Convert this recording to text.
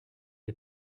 est